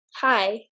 Hi